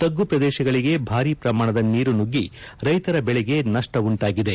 ತಗ್ಗು ಪ್ರದೇಶಗಳಿಗೆ ಬಾರಿ ಪ್ರಮಾಣದ ನೀರು ಮಗ್ಗಿ ರೈತರ ಬೆಳೆ ನಷ್ಟ ಉಂಟಾಗಿದೆ